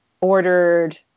ordered